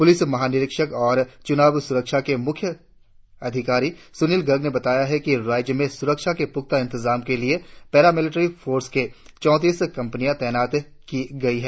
police महानिरीक्षक और चुनाव सुरक्षा के मुख्य अधिकारी सुनील गर्ग ने बताया कि राज्य में सुरक्षा के पुख्ता इंतजाम के लिए पारा मिलिटेरी फोर्स के चौतीस कम्पनियां तैनात किए गए है